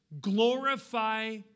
glorify